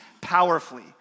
powerfully